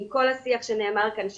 עם כל השיח שנאמר כאן,